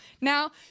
Now